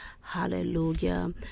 Hallelujah